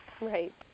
Right